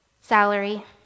Salary